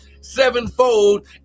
sevenfold